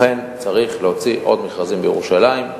אכן צריך להוציא עוד מכרזים בירושלים.